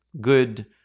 good